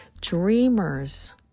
Dreamers